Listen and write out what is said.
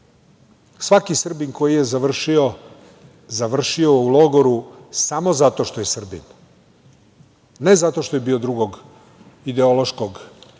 svaki Srbin koji je završio, završio u logoru samo zato što je Srbin, ne zato što je bio drugog ideološkog opredeljenja